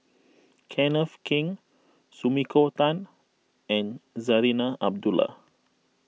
Kenneth Keng Sumiko Tan and Zarinah Abdullah